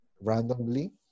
randomly